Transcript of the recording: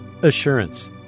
Assurance